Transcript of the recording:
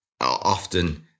often